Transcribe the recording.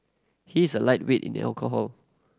he is a lightweight in the alcohol